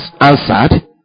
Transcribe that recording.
answered